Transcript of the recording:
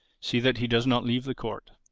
see that he does not leave the court.